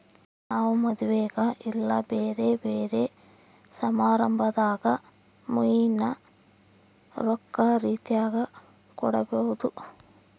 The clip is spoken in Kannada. ನಾವು ಮದುವೆಗ ಇಲ್ಲ ಬ್ಯೆರೆ ಬ್ಯೆರೆ ಸಮಾರಂಭದಾಗ ಮುಯ್ಯಿನ ರೊಕ್ಕ ರೀತೆಗ ಕೊಡಬೊದು